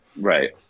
right